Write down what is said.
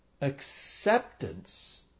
acceptance